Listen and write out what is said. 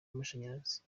amashanyarazi